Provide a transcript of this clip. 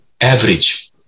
average